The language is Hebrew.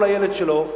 או לילד שלו,